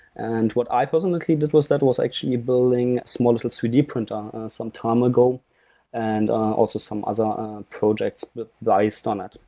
and what i personally noticed that was that was actually building small little three d printer some time ago and also some other projects but based on it.